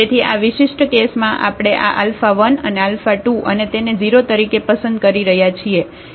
તેથી આ વિશિષ્ટ કેસમાં આપણે આ α1 ને α2 અને તેને 0 તરીકે પસંદ કરી રહ્યા છીએ